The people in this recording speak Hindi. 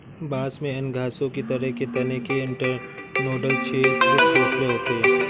बांस में अन्य घासों की तरह के तने के इंटरनोडल क्षेत्र खोखले होते हैं